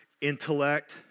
intellect